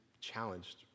challenged